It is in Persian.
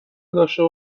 داشته